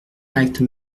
acte